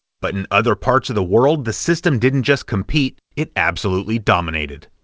but in other parts of the world, the system didn't just compete, it absolutely dominated.